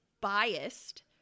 biased